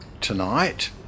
tonight